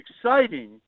exciting